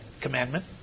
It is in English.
commandment